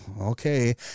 Okay